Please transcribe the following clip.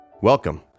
Welcome